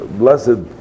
blessed